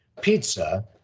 pizza